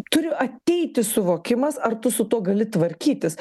turi ateiti suvokimas ar tu su tuo gali tvarkytis